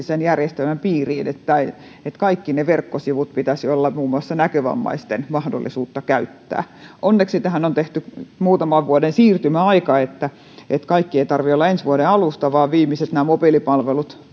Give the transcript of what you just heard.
sen järjestelmän piiriin niin että kaikkia niitä verkkosivuja pitäisi olla muun muassa näkövammaisilla mahdollisuus käyttää onneksi tähän on tehty muutaman vuoden siirtymäaika että että kaikkea ei tarvitse olla ensi vuoden alusta vaan viimeisten mobiilipalveluiden